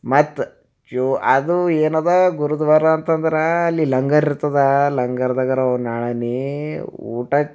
ಮತ್ತೆ ಜೊ ಅದು ಏನಿದೆ ಗುರುದ್ವಾರ ಅಂತಂದ್ರೆ ಅಲ್ಲಿ ಲಂಗರ್ ಇರ್ತದೆ ಲಂಗರ್ದಾಗರೆ ಅವು ನಾಳೆ ನೀ ಊಟಕ್ಕೆ